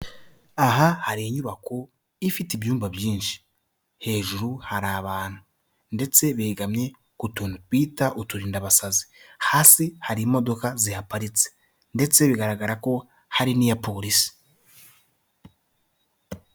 Aha hari inyubako ifite ibyumba byinshi, hejuru hari abantu ndetse begamye ku tuntu bita uturinda basazi. Hasi hari imodoka zihaparitse ndetse bigaragara ko hari n'iya polisi.